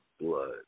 blood